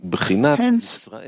Hence